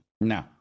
No